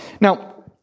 Now